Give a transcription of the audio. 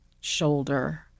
shoulder